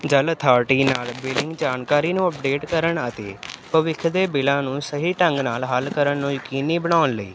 ਜਲ ਅਥਾਰਟੀ ਨਾਲ ਬਿਲਿੰਗ ਜਾਣਕਾਰੀ ਨੂੰ ਅਪਡੇਟ ਕਰਨ ਅਤੇ ਭਵਿੱਖ ਦੇ ਬਿੱਲਾਂ ਨੂੰ ਸਹੀ ਢੰਗ ਨਾਲ ਹੱਲ ਕਰਨ ਨੂੰ ਯਕੀਨੀ ਬਣਾਉਣ ਲਈ